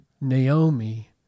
Naomi